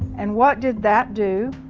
and what d id that do?